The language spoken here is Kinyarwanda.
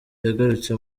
yagarutse